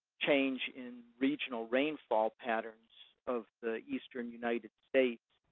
change in regional rainfall patterns of the eastern united states.